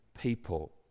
people